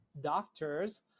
doctors